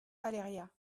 aléria